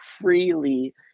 freely